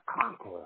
conqueror